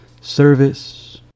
service